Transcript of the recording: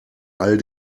all